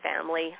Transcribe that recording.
family